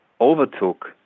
overtook